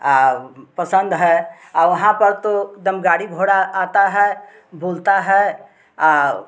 और पसंद है वहाँ पर तो एकदम गाड़ी घोड़ा आता है बोलता है और